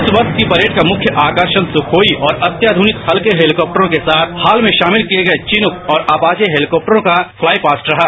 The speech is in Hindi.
इस वर्ष की परेड का मुख्य आकर्षण सुखोई और अत्याध्रनिक हत्के हैलीकॉप्टरॉ के साथ हाल में शामिल किए गए विनुक तथा अपाचे हैलीकॉप्टरॉ का फ्लाई पास्ट रहा